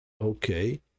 okay